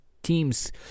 teams